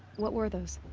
what were those?